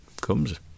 comes